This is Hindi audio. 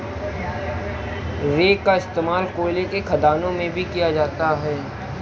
रेक का इश्तेमाल कोयले के खदानों में भी किया जाता है